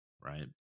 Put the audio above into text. right